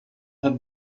had